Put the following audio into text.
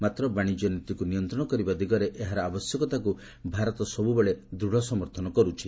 ମାତ୍ର ବାଣିଜ୍ୟ ନୀତିକୁ ନିୟନ୍ତ୍ରଣ କରିବା ଦିଗରେ ଏହାର ଆବଶ୍ୟକତାକୁ ଭାରତ ସବୁବେଳେ ଦୃଢ ସମର୍ଥନ କରୁଛି